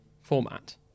format